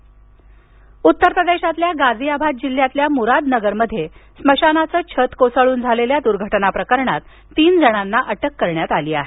उत्तर प्रदेश स्मशान दर्घटना उत्तर प्रदेशातील गाजियाबाद जिल्ह्यातील मुरादनगरमध्ये स्मशानाचं छत कोसळून झालेल्या दुर्घटना प्रकरणात तीन जणांना अटक करण्यात आली आहे